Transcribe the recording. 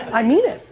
i mean it.